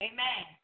Amen